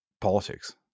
politics